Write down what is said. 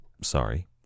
sorry